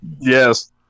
Yes